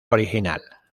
original